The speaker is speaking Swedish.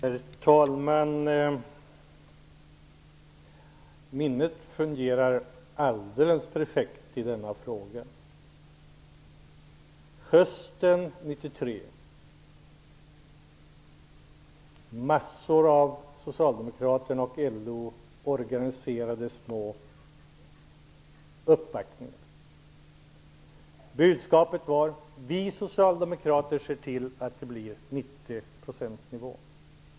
Herr talman! Minnet fungerar alldeles perfekt i denna fråga. Hösten 1993 organiserade socialdemokrater och LO massor av små uppvaktningar. Budskapet var: Vi socialdemokrater ser till att det blir 90 procentsnivå!